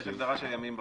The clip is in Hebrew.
בחוק יש הגדרה של ימים.